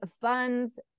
funds